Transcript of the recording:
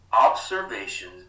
Observations